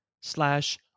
slash